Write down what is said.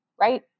right